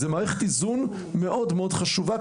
זו מערכת איזון מאוד מאוד חשובה,